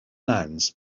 nouns